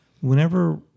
Whenever